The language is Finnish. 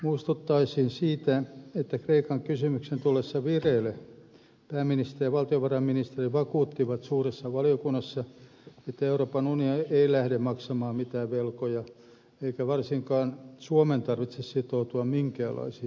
muistuttaisin siitä että kreikan kysymyksen tullessa vireille pääministeri ja valtiovarainministeri vakuuttivat suuressa valiokunnassa että euroopan unioni ei lähde maksamaan mitään velkoja eikä varsinkaan suomen tarvitse sitoutua minkäänlaisiin menoihin